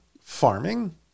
farming